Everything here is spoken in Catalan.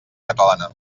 catalana